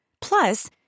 Plus